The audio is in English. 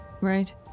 right